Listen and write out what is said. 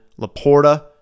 Laporta